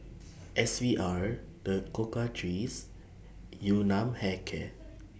S V R The Cocoa Trees and Yun Nam Hair Care